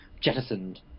jettisoned